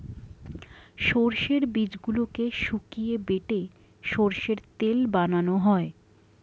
সর্ষের বীজগুলোকে শুকিয়ে বেটে সর্ষের তেল বানানো হয়